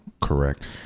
Correct